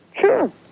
Sure